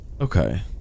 okay